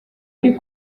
ari